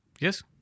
Yes